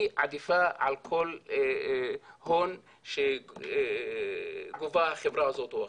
היא עדיפה על כל הון שגובה חברה זאת או אחרת.